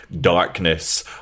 darkness